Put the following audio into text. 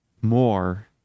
more